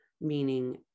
meaning